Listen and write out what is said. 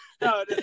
no